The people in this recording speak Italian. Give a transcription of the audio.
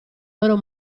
loro